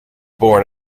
born